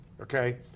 okay